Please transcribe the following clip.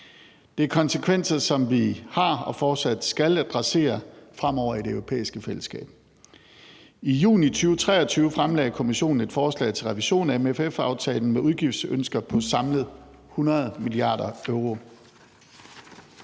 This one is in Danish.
Det er konsekvenser, som vi har adresseret og fortsat skal adressere fremover i det europæiske fællesskab. I juni 2023 fremlagde Kommissionen et forslag til en revision af MFF-aftalen med udgiftsønsker for samlet 100 mia. euro.